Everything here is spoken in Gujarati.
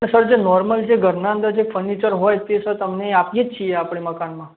સર જે નોર્મલ જે ઘરનાં અંદર જે ફર્નિચર હોય તે સર તમને આપીએ જ છીએ આપણે મકાનમાં